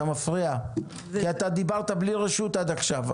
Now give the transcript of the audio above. אתה מפריע כי אתה דיברת בלי רשות עד עכשיו.